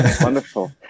Wonderful